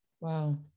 Wow